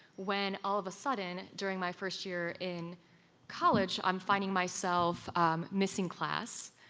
when all of a sudden, during my first year in college, i'm finding myself um missing class,